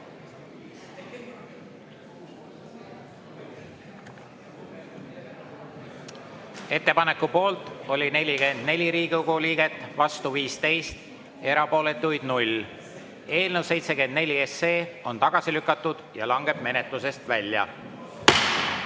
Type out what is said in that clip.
Ettepaneku poolt oli 44 Riigikogu liiget, vastu 15, erapooletuid 0. Eelnõu 74 on tagasi lükatud ja langeb menetlusest välja.